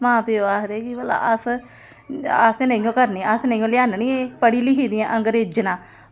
मां प्यो आखदे कि भला अस असें नेइयों करनी असें नेइयों लैआन्नी पढ़ी लिखी दि'यां अंगरेज़नां